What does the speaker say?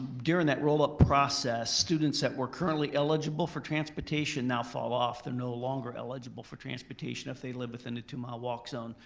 during that roll up process, students that were currently eligible for transportation now fall off. they're no longer eligible for transportation if they live within a two mile walk zone.